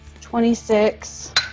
twenty-six